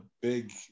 big